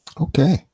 Okay